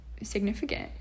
significant